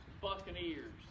Buccaneers